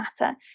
matter